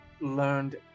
learned